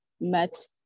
met